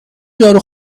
جارو